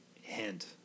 hint